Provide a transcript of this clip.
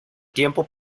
tiempo